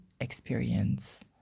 experience